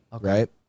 right